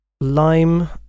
lime